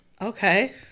Okay